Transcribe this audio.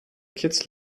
kids